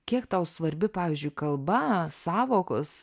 kiek tau svarbi pavyzdžiui kalba sąvokos